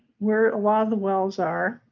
where a lot of the wells are.